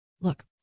Look